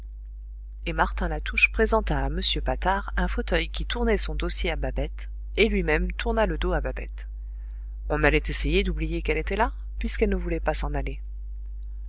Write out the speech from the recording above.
et martin latouche présenta à m patard un fauteuil qui tournait son dossier à babette et lui-même tourna le dos à babette on allait essayer d'oublier qu'elle était là puisqu'elle ne voulait pas s'en aller